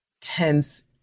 tense